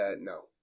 no